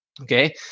Okay